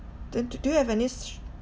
then d~ do you have any